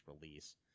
release